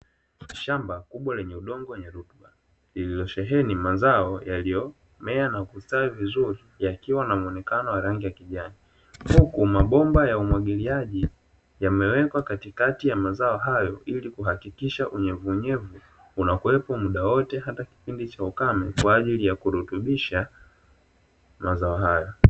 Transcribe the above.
Shamba kubwa lenye udongo wenye rutuba, lililosheheni mazao yaliyomea na kustawi vizuri yakiwa na mwonekano wa rangi ya kijani, huku mabomba ya umwagiliaji yamewekwa katikati ya mazao hayo ili kuhakikisha unyevunyevu unakuwepo muda wote hata kipindi cha ukame, kwa ajili ya kurutubusha mazao hayo.